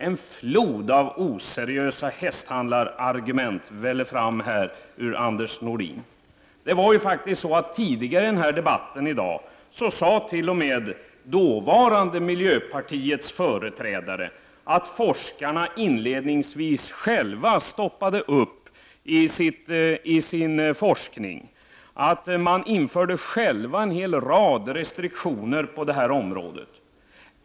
En flod av oseriösa hästhandlarargument väller fram ur hans mun. Tidigare i denna debatt sade t.o.m. miljöpartiets dåvarande företrädare att forskarna inledningsvis själva hade stoppat upp i sin forskning och infört en hel rad restriktioner på detta område.